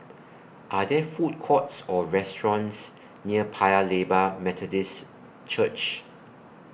Are There Food Courts Or restaurants near Paya Lebar Methodist Church